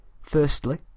Firstly